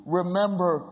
remember